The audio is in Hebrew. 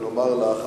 ולומר לך,